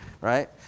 right